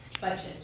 budget